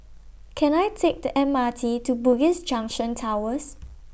Can I Take The M R T to Bugis Junction Towers